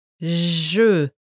Je